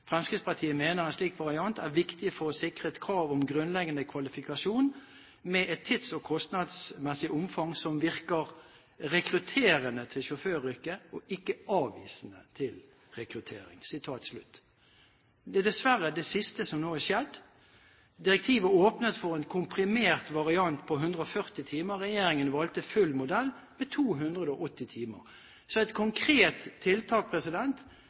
Fremskrittspartiet mener en slik variant er viktig for å sikre at krav om grunnleggende kvalifikasjoner gis et tids- og kostnadsmessig omfang, som i praksis virker rekrutterende til sjåføryrket og ikke avvisende til rekruttering». Det er dessverre det siste som nå har skjedd. Direktivet åpnet for en komprimert variant på 140 timer. Regjeringen valgte full modell med 280 timer. Så et konkret tiltak